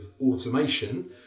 automation